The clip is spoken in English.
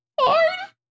hard